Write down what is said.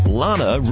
lana